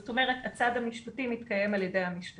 זאת אומרת הצד המשפטי מתקיים על ידי המשפטן